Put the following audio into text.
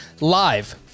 Live